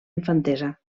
infantesa